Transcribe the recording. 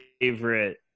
favorite